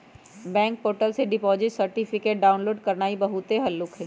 bank portal से deposit certificate download करनाइ बहुते हल्लुक हइ